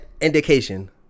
indication